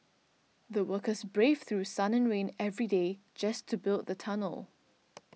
the workers braved through sun and rain every day just to build the tunnel